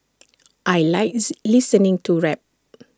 I likes listening to rap